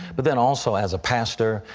but then also as a pastor,